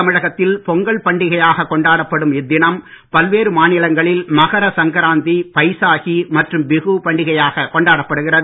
தமிழகத்தில் பொங்கல் பண்டிகையாகக் புதுவை கொண்டாடப்படும் இத்தினம் பல்வேறு மாநிலங்களில் மகர சங்கராந்தி பைசாகி மற்றும் பிஹு பண்டிகையாகக் கொண்டாப்படுகிறது